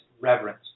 reverence